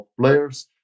players